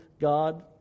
God